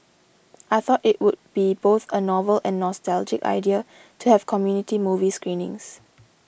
I thought it would be both a novel and nostalgic idea to have community movie screenings